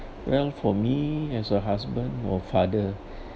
well for me as a husband or father